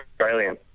Australian